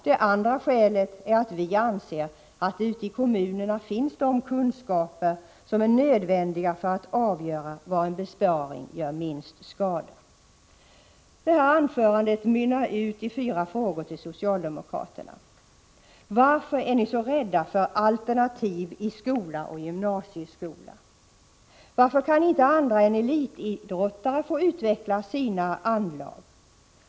Det andra skälet är att vi anser att det ute i kommunerna finns de kunskaper som är nödvändiga för att avgöra var en besparing gör minst skada. Det här anförandet mynnar ut i fyra frågor till socialdemokraterna: Varför är ni så rädda för alternativ i skola och gymnasieskola? Varför kan inte andra än elitidrottare få utveckla sina anlag?